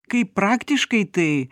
kaip praktiškai tai